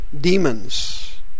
demons